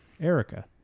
Erica